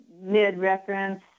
mid-reference